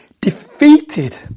defeated